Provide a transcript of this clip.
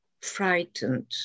frightened